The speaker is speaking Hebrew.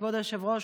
כבוד היושב-ראש,